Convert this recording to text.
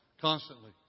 constantly